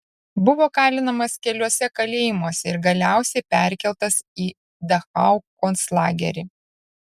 buvo kalinamas keliuose kalėjimuose ir galiausiai perkeltas į dachau konclagerį